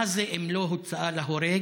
מה זה אם לא הוצאה להורג